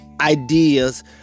ideas